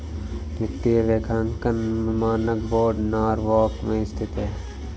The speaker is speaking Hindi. वित्तीय लेखांकन मानक बोर्ड नॉरवॉक में स्थित है